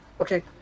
okay